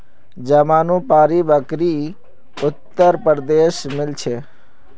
जमानुपारी बकरी उत्तर प्रदेशत मिल छे